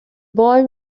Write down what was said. boy